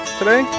today